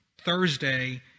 Thursday